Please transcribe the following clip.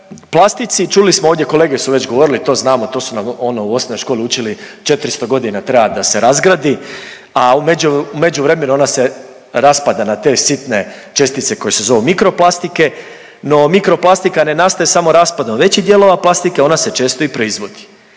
Plastici, čuli smo ovdje, kolege su već govorili, to znamo, to su nas ono u osnovnoj školi učili, 400.g. treba da se razgradi, a u među…, međuvremenu ona se raspada na te sitne čestice koje se zovu mikroplastike, no mikroplastika ne nastaje samo raspadom većih dijelova plastike, ona se često i proizvodi.